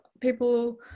people